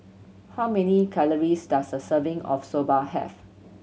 how many calories does a serving of Soba have